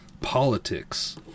politics